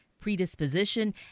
predisposition